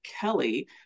Kelly